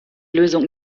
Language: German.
lösung